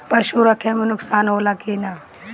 पशु रखे मे नुकसान होला कि न?